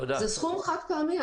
זה סכום חד פעמי.